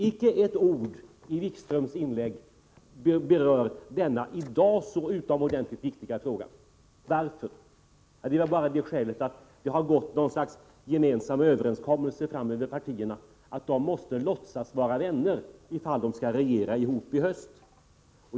Inte ett ord i Jan-Erik Wikströms inlägg berör denna i dag så utomordentligt viktiga fråga. Varför? De är väl bara av det skälet att det har träffats något slags överenskommelse mellan partierna om att de måste låtsas vara vänner ifall de skall regera ihop i höst.